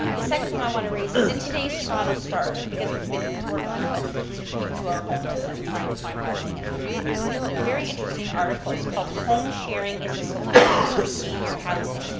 the second thing i want raise is in today's toronto star, because we've been working with people who are homeless and trying to find housing. and there's a very interesting article, it's called, home sharing is a solution for senior housing.